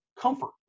comfort